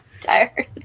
tired